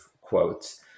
quotes